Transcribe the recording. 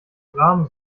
rahm